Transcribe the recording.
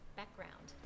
background